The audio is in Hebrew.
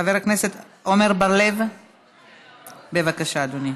חבר הכנסת עמר בר-לב, בבקשה, אדוני.